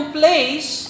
place